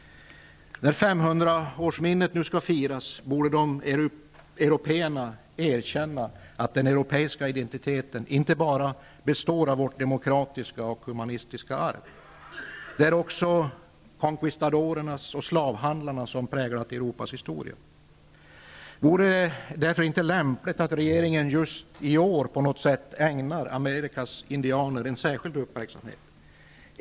När 500-årsminnet nu skall firas borde européerna erkänna att den europeiska identiteten inte bara består av vårt demokratiska och humanistiska arv. Det är också conquistadorerna och slavhandlarna som har präglat Europas historia. Vore det därför inte lämpligt att regeringen just i år på något sätt ägnar Amerikas indianer en särskild uppmärksamhet?